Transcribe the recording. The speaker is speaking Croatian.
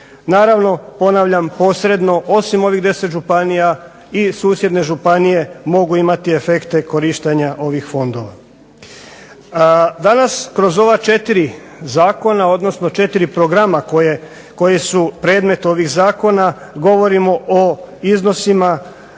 Naravno ponavljam posredno osim ovih 10 županija i susjedne županije mogu imati efekte korištenja ovih fondova. Danas kroz ova četiri programa koje su predmet ovih Zakona govorimo o ukupnom